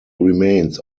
remains